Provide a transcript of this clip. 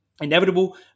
inevitable